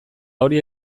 hori